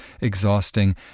exhausting